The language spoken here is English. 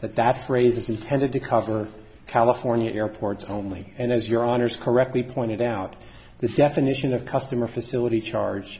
that that phrase is intended to cover california airports only and as your honour's correctly pointed out the definition of customer facility charge